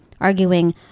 arguing